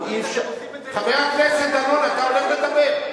חבר הכנסת דנון, אתה הולך לדבר.